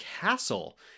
castle